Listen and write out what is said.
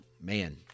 man